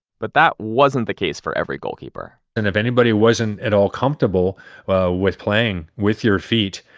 but that wasn't the case for every goalkeeper and if anybody wasn't at all comfortable with playing with your feet,